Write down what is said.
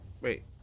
Wait